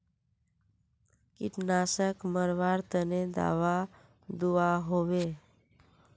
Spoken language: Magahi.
कीटनाशक मरवार तने दाबा दुआहोबे?